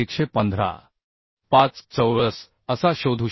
5 चौरस असा शोधू शकतो